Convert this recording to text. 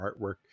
artwork